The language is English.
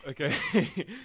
Okay